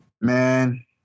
Man